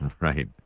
Right